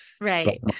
Right